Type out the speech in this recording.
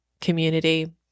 community